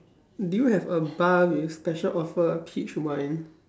do you have a bar with a special offer peach wine